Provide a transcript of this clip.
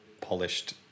polished